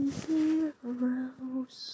heroes